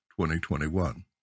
2021